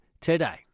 today